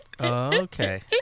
Okay